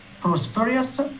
prosperous